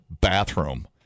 bathroom